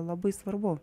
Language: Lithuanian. labai svarbu